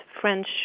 French